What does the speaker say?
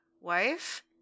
wife